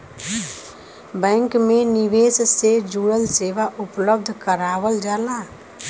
bank में निवेश से जुड़ल सेवा उपलब्ध करावल जाला